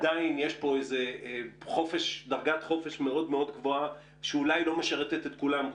יש פה דרגת חופש גבוהה שלא משרתת את כולם.